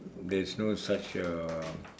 there's no such uh